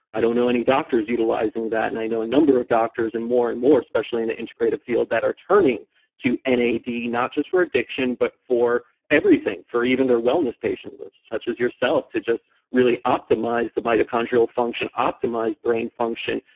i don't know any doctors utilizing that and i know a number of doctors and more and more, especially in the integrative field, that are turning to nad, not just for addiction, but for everything, for even their wellness patient list such as yourself, to just really optimize the mitochondrial function, optimize brain function,